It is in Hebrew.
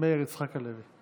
מאיר יצחק הלוי.